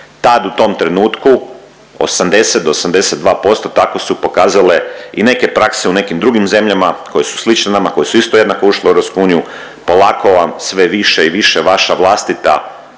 Tad u tom trenutku 80 do 82% tako su pokazale i neke prakse u nekim drugim zemljama koje su slične nama koje su isto jednako ušle u EU polako vam sve više i više vaša vlastita,